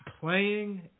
playing